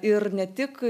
ir ne tik